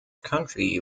country